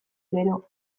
gero